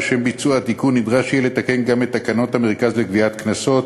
לשם ביצוע התיקון נדרש יהיה לתקן גם את תקנות המרכז לגביית קנסות,